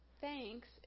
thanks